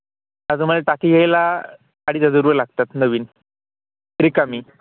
आज मला टाकी यायला अडीच हजार रुपये लागतात नवीन रिकामी